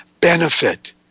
benefit